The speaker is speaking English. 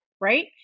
right